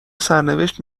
سرنوشت